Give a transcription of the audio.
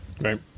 Right